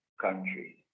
countries